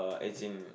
as in